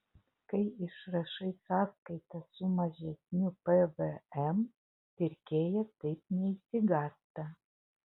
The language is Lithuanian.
kai išrašai sąskaitą su mažesniu pvm pirkėjas taip neišsigąsta